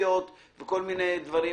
פיקטיביות וכל מיני דברים